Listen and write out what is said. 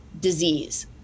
disease